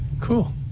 Cool